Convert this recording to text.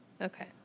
Okay